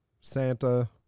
santa